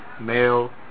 male